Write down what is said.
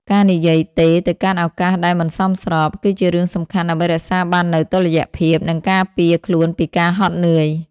ការនិយាយ "ទេ" ទៅកាន់ឱកាសដែលមិនសមស្រប គឺជារឿងសំខាន់ដើម្បីរក្សាបាននូវតុល្យភាព និងការពារខ្លួនពីការហត់នឿយ។